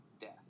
death